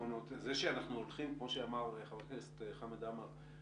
זה שאנחנו הולכים כמו שאמר חבר הכנסת חמד עמאר,